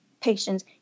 patients